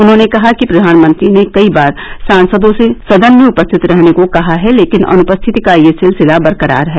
उन्होंने कहा कि प्रधानमंत्री ने कई बार सांसदों से सदन में उपस्थित रहने को कहा है लेकिन अनुपस्थिति का सिलसिला बरकरार रहा